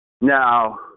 Now